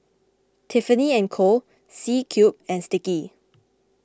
Tiffany and Co C Cube and Sticky